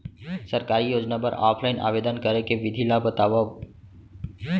सरकारी योजना बर ऑफलाइन आवेदन करे के विधि ला बतावव